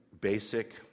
basic